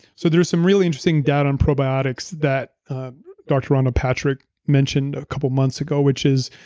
so there's some really interesting doubt on probiotics that doctor rhonda patrick mentioned a couple months ago, which is,